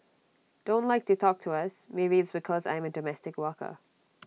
don't like to talk to us maybe it's because I am A domestic worker